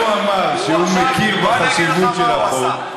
אם הוא אמר שהוא מכיר בחשיבות של החוק,